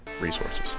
resources